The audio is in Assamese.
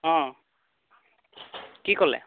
অঁ কি ক'লে